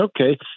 okay